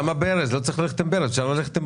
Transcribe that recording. ועדיין ההמלצה גם כאן היא לעבור למים ולא לממתיקים.